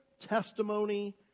testimony